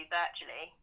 virtually